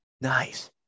Nice